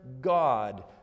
God